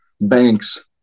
banks